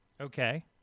Okay